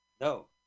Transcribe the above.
no